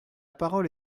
parole